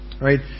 Right